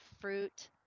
fruit